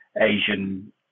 Asian